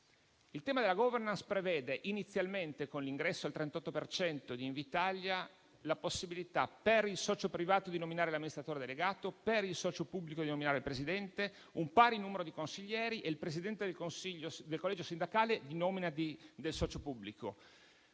Il tema della *governance* prevede inizialmente, con l'ingresso al 38 per cento di Invitalia, la possibilità per il socio privato di nominare l'amministratore delegato, per il socio pubblico di nominare il presidente, un pari numero di consiglieri e il presidente del collegio sindacale di nomina del socio pubblico,